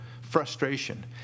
frustration